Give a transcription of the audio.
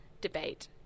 debate